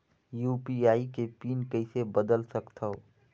UPI के pin कइसे बदल सकथव?